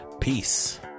peace